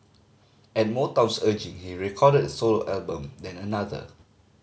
at Motown's urging he recorded a solo album then another